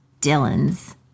Dylan's